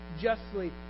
justly